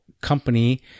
company